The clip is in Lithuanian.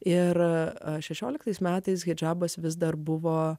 ir šešioliktais metais hidžabas vis dar buvo